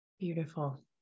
Beautiful